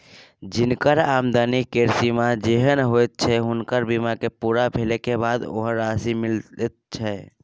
जिनकर आमदनी केर सीमा जेहेन होइत छै हुनकर बीमा के पूरा भेले के बाद ओहेन राशि मिलैत छै